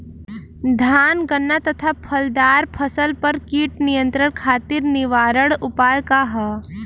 धान गन्ना तथा फलदार फसल पर कीट नियंत्रण खातीर निवारण उपाय का ह?